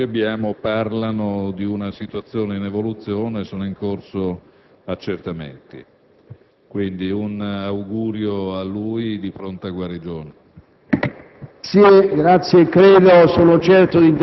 Ripeto, le indicazioni che abbiamo parlano di una situazione in evoluzione: sono in corso accertamenti, quindi formulo a lui un augurio di pronta guarigione.